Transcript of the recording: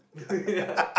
yeah